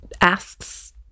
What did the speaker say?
asks